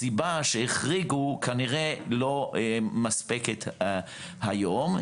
הסיבה שהחריגו כנראה לא מספקת היום.